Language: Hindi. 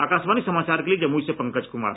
आकाशवाणी समाचार के लिए जमुई से पंकज कुमार